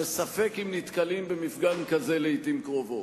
וספק אם נתקלים במפגן כזה לעתים קרובות.